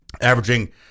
averaging